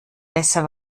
besser